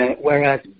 whereas